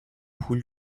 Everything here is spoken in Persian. پول